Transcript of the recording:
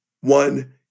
one